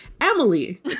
Emily